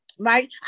Right